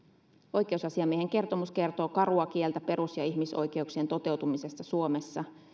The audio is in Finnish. oikeusasiamiehen kertomus kertoo karua kieltä perus ja ihmisoikeuksien toteutumisesta suomessa